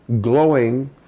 glowing